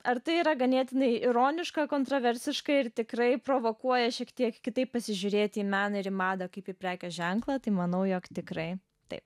ar tai yra ganėtinai ironiška kontroversiška ir tikrai provokuoja šiek tiek kitaip pasižiūrėti į meną ir madą kaip į prekės ženklą tai manau jog tikrai taip